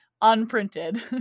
unprinted